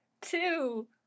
two